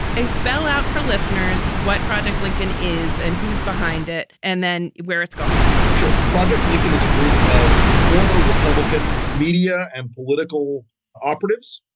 a spell out for listeners. what project? lincoln is. and who's behind it? and then where it's going sure. project lincoln is a group of former republican media and political operatives.